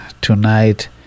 tonight